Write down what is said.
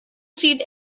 seat